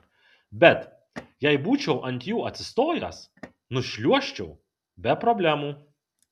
bet jei būčiau ant jų atsistojęs nušliuožčiau be problemų